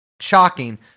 shocking